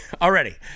Already